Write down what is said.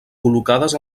col·locades